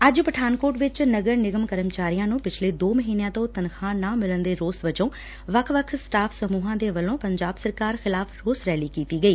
ਅੱਜ ਪਠਾਨਕੋਟ ਵਿੱਚ ਨਗਰ ਨਿਗਮ ਕਰਮਚਾਰੀਆਂ ਨੂੰ ਪਿਛਲੇ ਦੋ ਮਹੀਨਿਆਂ ਤੋਂ ਤਨਖਾਹ ਨਾ ਮਿਲਣ ਦੇ ਰੋਸ ਵਜੋ ਵੱਖ ਵੱਖ ਸਟਾਫ ਸਮੁਹਾਂ ਦੇ ਵੱਲੋ ਪੰਜਾਬ ਸਰਕਾਰ ਖ਼ਿਲਾਫ਼ ਰੋਸ ਰੈਲੀ ਕੀਤੀ ਗਈ